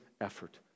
effort